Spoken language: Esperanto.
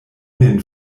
nin